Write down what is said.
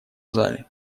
зале